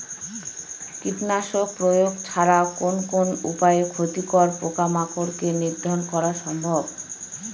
কীটনাশক প্রয়োগ ছাড়া কোন কোন উপায়ে ক্ষতিকর পোকামাকড় কে নিধন করা সম্ভব?